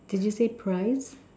did you say prize